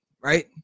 right